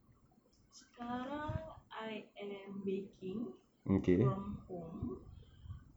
sekarang I am baking from home